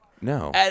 No